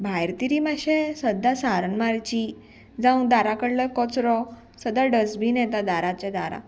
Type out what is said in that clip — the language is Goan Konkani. भायर तरी मातशें सद्दां सारन मारची जावं दारा कडलो कचरो सदां डस्टबीन येता दाराच्या दारां